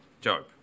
Job